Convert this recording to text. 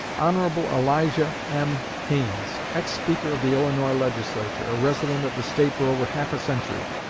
hon. elijah m. haines, ex-speaker of the illinois legislature, a resident of the state for over half a century,